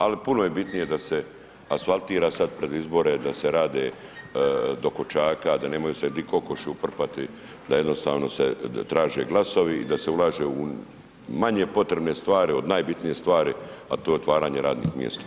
Ali puno je bitnije da se asfaltira sad pred izbore da se rade do kočaka da nemaju se di kokoši utrpati, da jednostavno se traže glasovi, da se ulaže u manje potrebne stvari od najbitnije stvari, a to je otvaranje radnih mjesta.